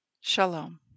Shalom